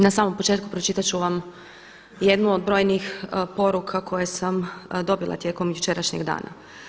Na samom početku pročitat ću vam jednu od brojnih poruka koje sam dobila tijekom jučerašnjeg dana.